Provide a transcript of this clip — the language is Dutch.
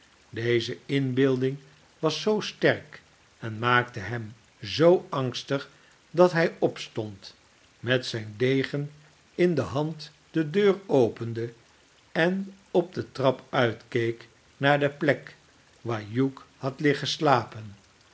deze inbeelding was zoo sterk en maakte hem zoo angstig dat hij opstond met zijn degen in de hand de deur opende en op de trap uitkeek naar de plek waar hugh had liggen slapen